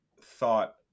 thought